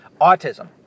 autism